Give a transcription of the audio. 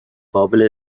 قابل